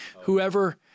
Whoever